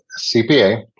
CPA